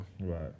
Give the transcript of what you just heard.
Right